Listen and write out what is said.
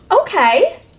Okay